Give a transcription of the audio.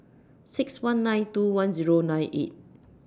six one nine two one Zero nine eight